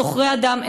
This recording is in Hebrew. סוחרי אדם,